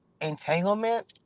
entanglement